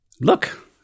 Look